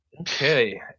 okay